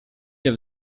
się